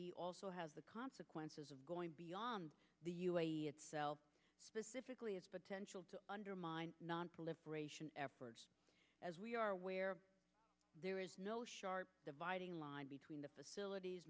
s also has the consequences of going beyond the u a e itself specifically its potential to undermine nonproliferation as we are where there is no sharp dividing line between the facilities